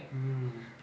mm